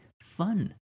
fun